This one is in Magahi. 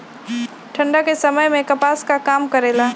ठंडा के समय मे कपास का काम करेला?